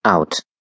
Out